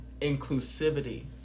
inclusivity